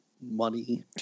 money